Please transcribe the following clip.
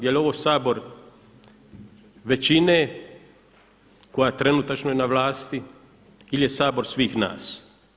Je li ovo Sabor većine koja trenutačno je na vlasti ili je Sabor svih nas?